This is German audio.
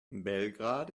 belgrad